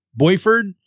Boyford